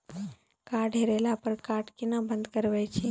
Card हेरैला पर card केना बंद करबै छै?